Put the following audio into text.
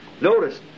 Notice